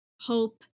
hope